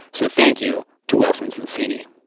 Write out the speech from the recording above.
so thank you to wilson sonsini.